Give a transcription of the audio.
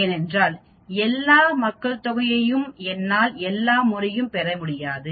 ஏனென்றால் எல்லா மக்கள்தொகையையும் என்னால் எல்லா முறையும் பெற முடியாது